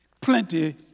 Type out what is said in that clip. plenty